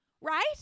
right